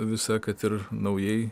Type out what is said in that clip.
visą kad ir naujai